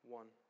one